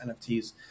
NFTs